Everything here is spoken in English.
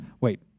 Wait